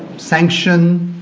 sanction,